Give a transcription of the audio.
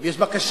אם יש בקשה.